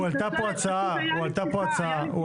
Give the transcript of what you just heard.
אני מתנצלת, פשוט הייתה לי שיחה, אז זה נקטע.